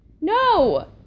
No